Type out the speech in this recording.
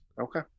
Okay